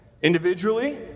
individually